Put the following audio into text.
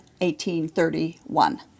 1831